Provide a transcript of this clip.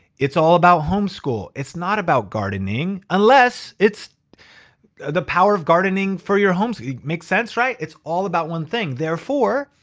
it's all about homeschool. it's not about gardening unless it's the power of gardening for your homes. it makes sense, right? it's all about one thing. therefore,